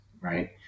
right